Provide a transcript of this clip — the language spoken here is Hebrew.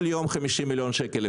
כל יום 50 מיליון שקל.